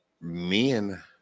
men